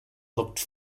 looked